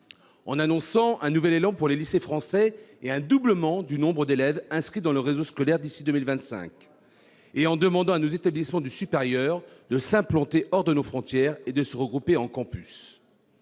a annoncé un nouvel élan pour les lycées français et un doublement du nombre d'élèves inscrits dans le réseau scolaire d'ici à 2025 et il a demandé à nos établissements du supérieur de s'implanter hors de nos frontières et de se regrouper en campus.